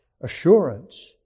assurance